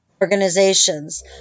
organizations